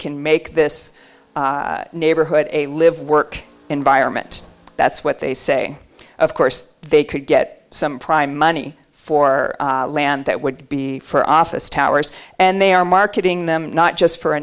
can make this neighborhood a live work environment that's what they say of course they could get some prime money for land that would be for office towers and they are marketing them not just for a